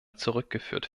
zurückgeführt